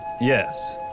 Yes